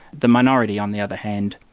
the minority on the other hand,